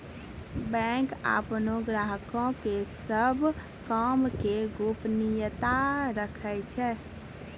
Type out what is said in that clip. bank अपनो ग्राहको के सभ काम के गोपनीयता राखै छै